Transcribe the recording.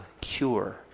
cure